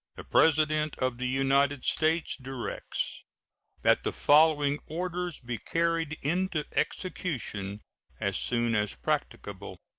the president of the united states directs that the following orders be carried into execution as soon as practicable